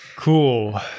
Cool